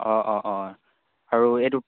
অঁ অঁ অঁ আৰু এইটো